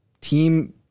team